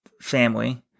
family